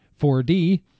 4D